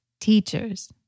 teachers